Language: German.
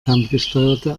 ferngesteuerte